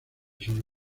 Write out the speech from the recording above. sobre